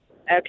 Okay